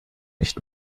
nicht